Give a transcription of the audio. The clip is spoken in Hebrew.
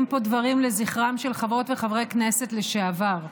פה דברים לזכרם של חברות וחברי כנסת לשעבר.